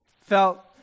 felt